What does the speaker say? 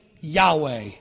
Yahweh